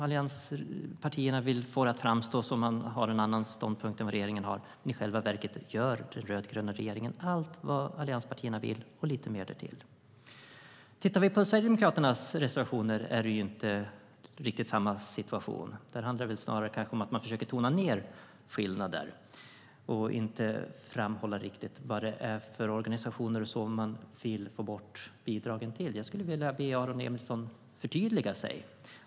Allianspartierna vill få det att framstå som att de har en annan ståndpunkt än regeringen, men i själva verket gör den rödgröna regeringen allt vad allianspartierna vill och lite mer därtill. Om man tittar på Sverigedemokraternas reservationer ser man att det inte riktigt är samma situation. Där försöker man snarare tona ned skillnaderna och inte framhålla vilka organisationers bidrag man vill få bort. Jag skulle vilja be Aron Emilsson att förtydliga sig.